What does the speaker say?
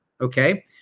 Okay